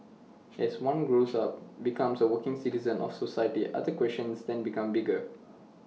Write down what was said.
as one grows up becomes A working citizen of society other questions then become bigger